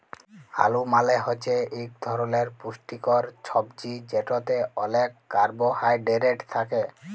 আলু মালে হছে ইক ধরলের পুষ্টিকর ছবজি যেটতে অলেক কারবোহায়ডেরেট থ্যাকে